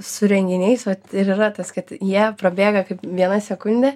su renginiais ir yra tas kad jie prabėga kaip viena sekundė